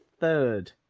third